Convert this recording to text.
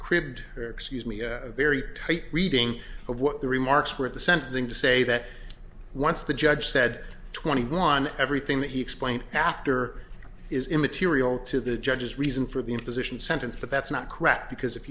cribbed excuse me a very tight reading of what the remarks were at the sentencing to say that once the judge said twenty one everything that he explained after is immaterial to the judge's reason for the imposition sentence but that's not correct because if